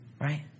Right